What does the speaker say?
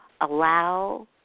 allow